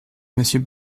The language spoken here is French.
monsieur